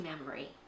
memory